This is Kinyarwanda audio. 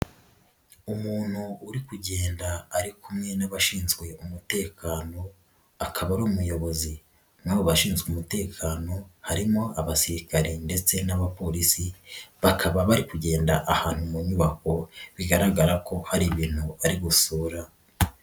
Umuntu uri kugenda ari kumwe n'abashinzwe umutekano akaba ari umuyobozi, muri abo bashinzwe umutekano harimo abasirikare ndetse n'abapolisi bakaba bari kugenda ahantu mu nyubako bigaragara ko hari ibintu ari gusura.